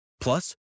Plus